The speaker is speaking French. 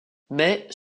mais